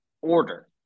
order